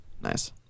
Nice